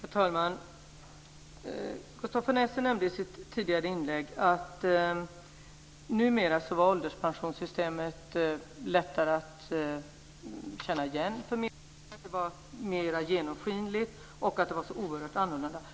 Herr talman! Gustaf von Essen nämnde i sitt tidigare inlägg att ålderspensionssystemet numera var lättare att känna igen för medborgarna. Det var mera genomskinligt, och det var så oerhört annorlunda.